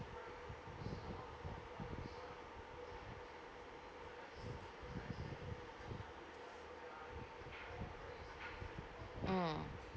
mm